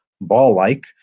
ball-like